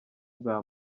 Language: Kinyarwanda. bwa